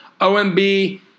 OMB